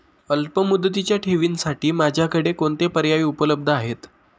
अल्पमुदतीच्या ठेवींसाठी माझ्याकडे कोणते पर्याय उपलब्ध आहेत?